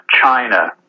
China